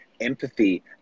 empathy